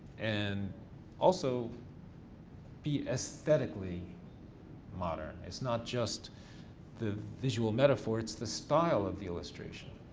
and also be aesthetically modern. it's not just the visual metaphor, it's the style of the illustration.